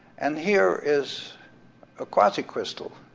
and here is a quasicrystal,